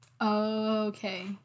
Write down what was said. Okay